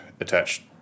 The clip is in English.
attached